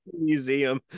museum